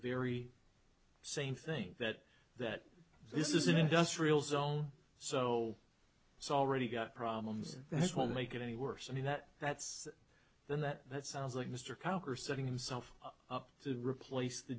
very same thing that that this is an industrial zone so it's already got problems as well make it any worse i mean that that's then that that sounds like mr cocker setting himself up to replace the